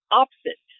opposite